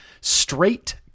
straight